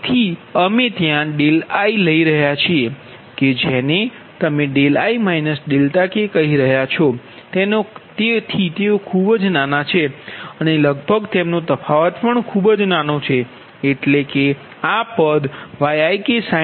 તેથી અમે ત્યા i લઈ રહ્યા છીએ કે જેને તમે i k કહી રહ્યા છો તેઓ ખૂબ નાના છે અને લગભગ તેમનો તફાવત ખૂબ જ નાનો છે એટલે કે આ Yiksin ik